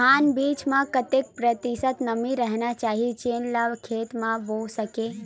धान बीज म कतेक प्रतिशत नमी रहना चाही जेन ला खेत म बो सके?